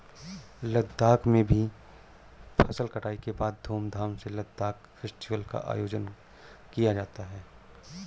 लद्दाख में भी फसल कटाई के बाद धूमधाम से लद्दाख फेस्टिवल का आयोजन किया जाता है